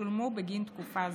ששולמו בגין תקופה זו.